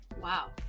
Wow